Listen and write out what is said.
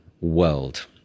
world